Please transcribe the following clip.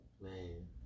man